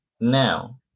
now